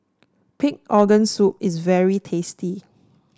Pig Organ Soup is very tasty